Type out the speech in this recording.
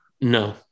No